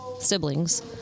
siblings